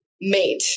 mate